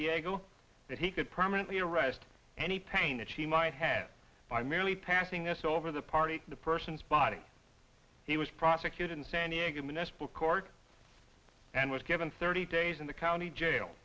diego that he could permanently arrest any pain that she might have by merely passing us over the party the person's body he was prosecuted in san diego municipal court and was given thirty days in the county jail